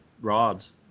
rods